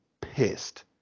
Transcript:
pissed